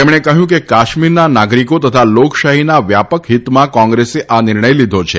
તેમણે કહ્યું કે કાશ્મીરના નાગરિકો તથા લોકશાહીના વ્યાપક હિતમાં કોંગ્રેસે આ નિર્ણય લીધો છે